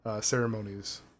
ceremonies